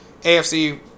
AFC